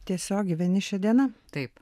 tiesiog gyveni šia diena taip